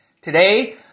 Today